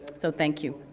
so thank you.